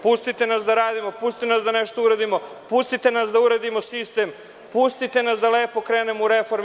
Pustite nas da radimo, pustite nas da nešto uradimo, pustite nas da uredimo sistem, pustite nas da lepo krenemo u reforme.